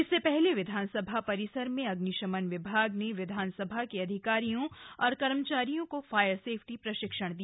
इससे पहले विधानसभा परिसर में अग्निशमन विभाग ने विधानसभा के अधिकारियों और कर्मियों को फायर सेफ्टी प्रशिक्षण दिया